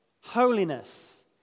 holiness